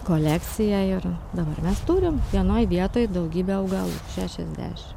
kolekciją ir dabar mes turim vienoj vietoj daugybę augalų šešiasdešim